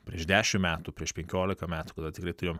prieš dešimt metų prieš penkiolika metų kada tikrai turėjom